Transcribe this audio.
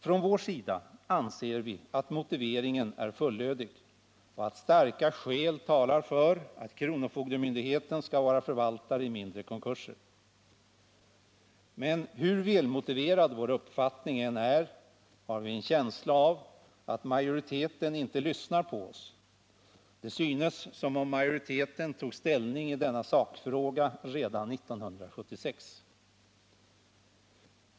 Från vår sida anser vi att motiveringen är fullödig och att starka skäl talar föratt kronofogdemyndigheten skall vara förvaltare i mindre konkurser. Men hur välmotiverad vår uppfattning än är, har vi en känsla av att majoriteten inte lyssnar på oss. Det synes som om majoriteten tog ställning i denna sakfråga redan 1976.